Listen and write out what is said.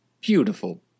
beautiful